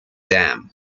dam